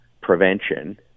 prevention